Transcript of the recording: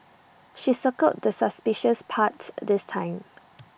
she circled the suspicious parts this time